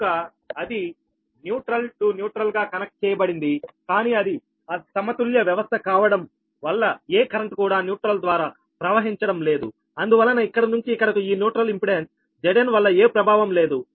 కనుక అది neutral to neutral గా కనెక్ట్ చేయబడింది కానీ అది సమతుల్య వ్యవస్థ కావడం వల్ల ఏ కరెంటు కూడా న్యూట్రల్ ద్వారా ప్రవహించడం లేదు అందువలన ఇక్కడ నుంచి ఇక్కడకు ఈ న్యూట్రల్ ఇంపెడెన్స్ Zn వల్ల ఏ ప్రభావం లేదు